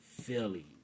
Philly